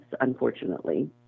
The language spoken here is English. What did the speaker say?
unfortunately